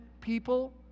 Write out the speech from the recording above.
people